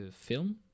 film